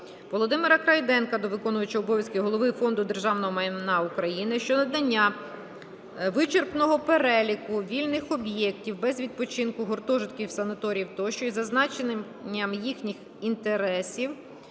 Володимира Крейденка до виконувача обов'язків Голови Фонду державного майна України щодо надання вичерпного переліку вільних об’єктів (баз відпочинку, гуртожитків, санаторіїв тощо) із зазначенням їхніх інтересів,